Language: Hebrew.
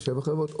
ושבע חברות,